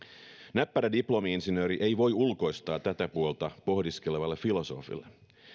näppärä diplomi insinööri ei voi ulkoistaa tätä puolta pohdiskelevalle filosofille